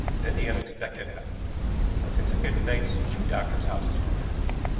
then the unexpected happened. on consecutive nights two doctors' houses were burgled.